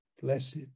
blessed